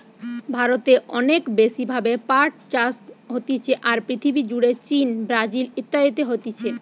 ভারতে অনেক বেশি ভাবে পাট চাষ হতিছে, আর পৃথিবী জুড়ে চীন, ব্রাজিল ইত্যাদিতে হতিছে